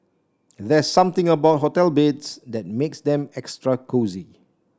there's something about hotel beds that makes them extra cosy